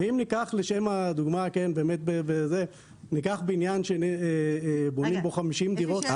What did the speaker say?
ואם ניקח לשם הדוגמה, בניין שבונים בו 50 דירות.